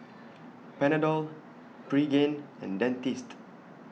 Panadol Pregain and Dentiste